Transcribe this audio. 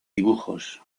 dibujos